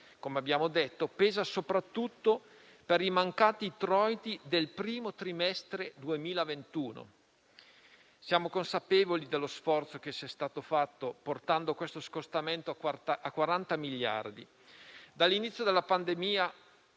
come abbiamo detto, pesa soprattutto per i mancati introiti del primo trimestre 2021. Siamo consapevoli dello sforzo che è stato fatto portando questo scostamento a 40 miliardi di euro. Dall'inizio della pandemia